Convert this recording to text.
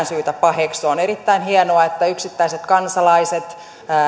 syytä paheksua on erittäin hienoa että yksittäiset kansalaiset